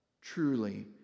truly